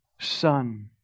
son